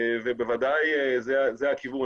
בוודאי זה הכיוון.